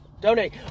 Donate